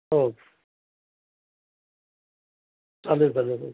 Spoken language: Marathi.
हो चालेल चालेल